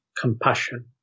compassion